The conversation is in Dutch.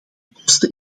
kosten